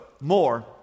more